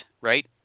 right